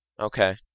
Okay